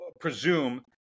presume